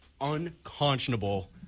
Unconscionable